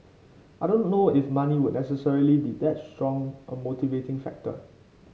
I don't know if money would necessarily be that strong a motivating factor